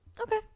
Okay